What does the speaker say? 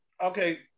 Okay